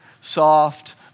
soft